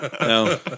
No